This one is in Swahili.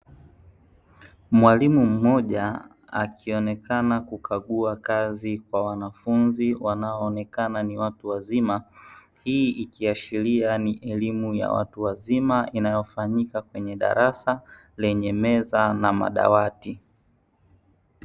Mwalimu mmoja akionekana kukagua kazi kwa wanafunzi wanaoonekana watu wazima, hii ikiashiria ni elimu ya watu wazima inayofanyika kwenye meza na madawati.